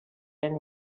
and